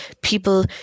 people